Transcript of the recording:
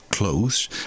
clothes